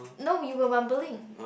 no you were mumbling